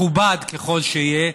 מכובד ככל שיהיה,